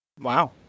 Wow